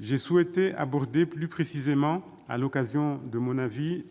J'ai souhaité aborder plus précisément, à l'occasion de mon avis,